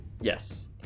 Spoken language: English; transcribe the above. Yes